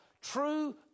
true